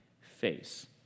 face